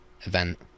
event